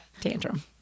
tantrum